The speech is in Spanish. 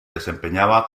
desempeñaba